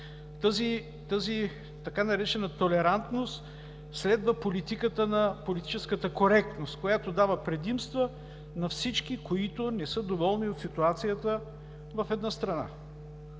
Тази така наречена толерантност следва политиката на политическата коректност, която дава предимства на всички, които не са доволни от ситуацията в една страна.